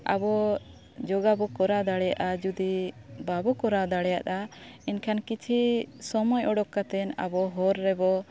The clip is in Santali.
ᱟᱵᱚ ᱡᱳᱜᱟᱵᱚᱱ ᱠᱚᱨᱟᱣ ᱫᱟᱲᱮᱭᱟᱜᱼᱟ ᱡᱩᱫᱤ ᱵᱟᱵᱚᱱ ᱠᱚᱨᱟᱣ ᱫᱟᱲᱮᱭᱟᱜᱼᱟ ᱮᱱᱠᱷᱟᱱ ᱠᱤᱪᱷᱩ ᱥᱚᱢᱚᱭ ᱩᱰᱩᱠ ᱠᱟᱛᱮᱱ ᱟᱵᱚ ᱦᱚᱨ ᱨᱮᱵᱚᱱ